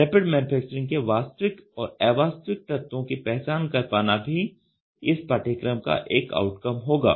rapid manufacturing के वास्तविक और अवास्तविक तत्वों की पहचान कर पाना भी इस पाठ्यक्रम का एक आउटकम होगा